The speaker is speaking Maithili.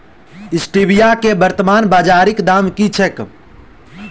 स्टीबिया केँ वर्तमान बाजारीक दाम की छैक?